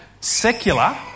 secular